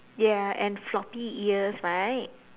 ya and floppy ears right